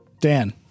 Dan